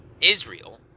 Israel